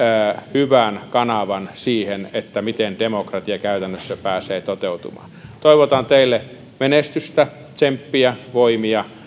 hyvän kanavan siihen miten demokratia käytännössä pääsee toteutumaan toivotan teille menestystä tsemppiä voimia